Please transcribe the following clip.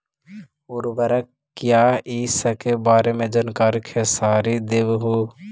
उर्वरक क्या इ सके बारे मे जानकारी खेसारी देबहू?